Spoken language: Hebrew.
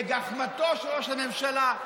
לגחמתו של ראש הממשלה,